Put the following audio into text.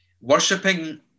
Worshipping